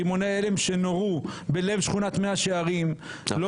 רימוני הלם שנורו בלב שכונת מאה שערים לא